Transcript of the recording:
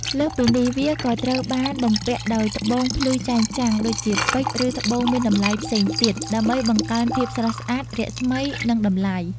លើសពីនេះ វាក៏ត្រូវបានបំពាក់ដោយ ត្បូងភ្លឺចែងចាំង ដូចជាពេជ្រ ឬត្បូងមានតម្លៃផ្សេងទៀត ដើម្បីបង្កើនភាពស្រស់ស្អាត រស្មី និងតម្លៃ។